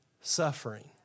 suffering